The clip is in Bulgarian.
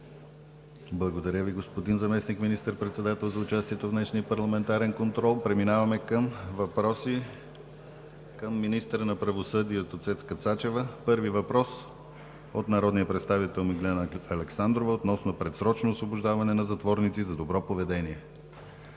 Благодаря Ви, господин Заместник министър-председател за участието в днешния парламентарен контрол. Преминаваме към въпроси към министъра на правосъдието Цецка Цачева. Първият въпрос е от народния представител Миглена Александрова относно предсрочно освобождаване на затворници за добро поведение.